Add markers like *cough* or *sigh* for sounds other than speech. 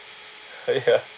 *laughs* ya